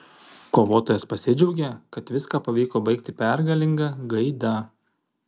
kovotojas pasidžiaugė kad viską pavyko baigti pergalinga gaida